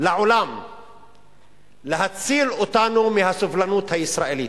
לעולם להציל אותנו מהסובלנות הישראלית.